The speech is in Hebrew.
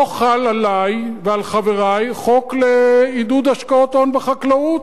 לא חל עלי ועל חברי חוק לעידוד השקעות הון בחקלאות.